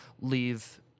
leave